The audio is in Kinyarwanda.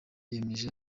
yemeje